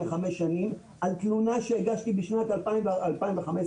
על תלונה שהגשתי בשנת 2015,